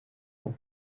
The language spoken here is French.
loin